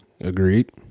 Agreed